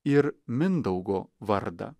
ir mindaugo vardą